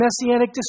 messianic